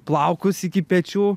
plaukus iki pečių